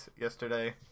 yesterday